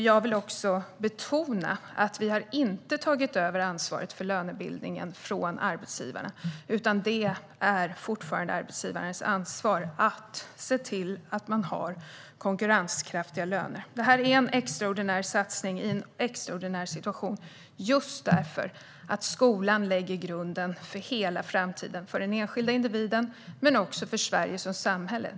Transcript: Jag vill också betona att vi inte har tagit över ansvaret för lönebildningen från arbetsgivaren, utan det är fortfarande arbetsgivarens ansvar att se till att ha konkurrenskraftiga löner. Det här är en extraordinär satsning i en extraordinär situation, just därför att skolan lägger grunden för hela framtiden för den enskilda individen men också för Sverige som samhälle.